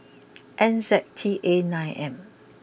N Z T A nine M